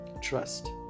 trust